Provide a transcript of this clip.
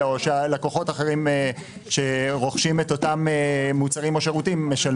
או שהלקוחות אחרים שרוכשים אותם מוצרים או שירותים משלמים.